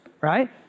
right